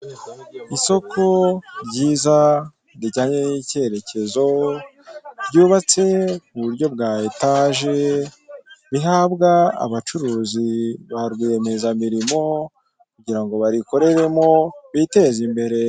Isoko ryiza rijyanye n'icyerekezo ryubatse mu buryo bwa etaje, bihabwa abacuruzi ba rwiyemezamirimo kugira ngo barikoreremo biteze imbere.